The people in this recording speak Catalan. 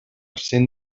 cent